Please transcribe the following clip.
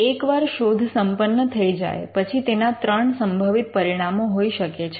એકવાર શોધ સંપન્ન થઈ જાય પછી તેના ત્રણ સંભવિત પરિણામો હોઈ શકે છે